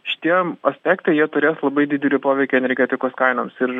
šitiem aspektai jie turės labai didelį poveikį energetikos kainoms ir